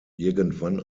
irgendwann